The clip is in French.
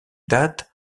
date